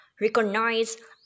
recognize